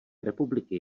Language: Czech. republiky